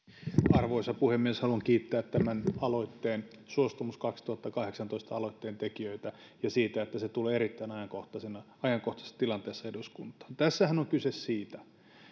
arvoisa puhemies haluan kiittää tämän suostumus kaksituhattakahdeksantoista aloitteen tekijöitä ja siitä että se tulee erittäin ajankohtaisessa ajankohtaisessa tilanteessa eduskuntaan tässähän on kyse siitä